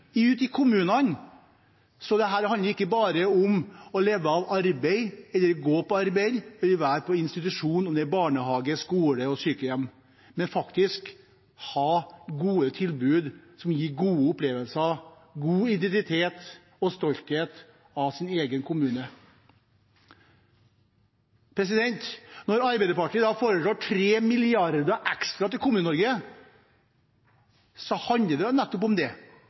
i kommunene, slik at det ikke bare handler om å gå på jobb eller være på institusjon, enten det er barnehage, skole eller sykehjem, men også om å ha gode tilbud som gir gode opplevelser, god identitet og stolthet over egen kommune. Når Arbeiderpartiet foreslår 3 mrd. kr ekstra til Kommune-Norge, handler det om nettopp det. Det